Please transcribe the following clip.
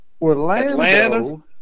Orlando